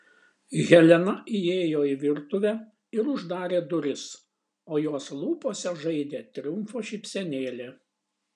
helena įėjo į virtuvę ir uždarė duris o jos lūpose žaidė triumfo šypsenėlė